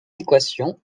équation